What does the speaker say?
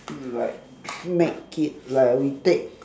like smack it like we take